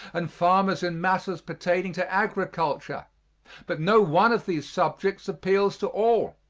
and farmers in matters pertaining to agriculture but no one of these subjects appeals to all.